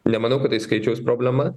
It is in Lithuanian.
nemanau kad tai skaičiaus problema